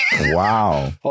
wow